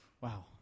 Wow